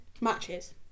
Matches